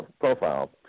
profile